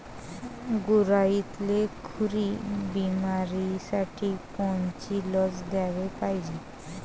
गुरांइले खुरी बिमारीसाठी कोनची लस द्याले पायजे?